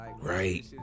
right